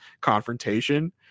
confrontation